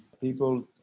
People